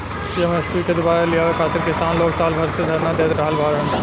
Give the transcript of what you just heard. MSP के दुबारा लियावे खातिर किसान लोग साल भर से धरना देत आ रहल बाड़न